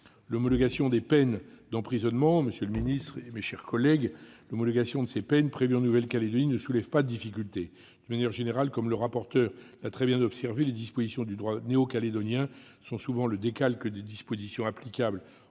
de la Nouvelle-Calédonie. Monsieur le ministre, mes chers collègues, l'homologation des peines d'emprisonnement prévues en Nouvelle-Calédonie ne soulève pas de difficultés. De manière générale, comme M. le rapporteur l'a très bien observé, les dispositions du droit néocalédonien sont souvent le décalque des dispositions applicables